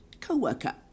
co-worker